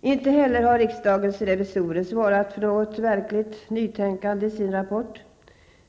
Inte heller har riksdagens revisorer svarat för något verkligt nytänkande i sin rapport,